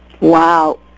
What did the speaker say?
Wow